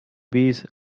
bees